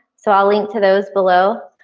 so i'll link to those below.